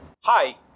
hi